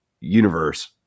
universe